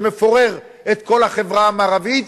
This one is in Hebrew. שמפורר את כל החברה המערבית.